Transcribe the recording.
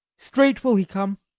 straight will he come